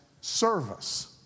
service